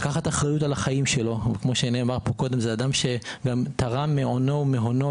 לקחת אחריות על החיים שלו ותרם מהונו ומאונו